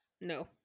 No